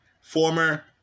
former